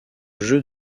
jeu